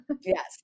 Yes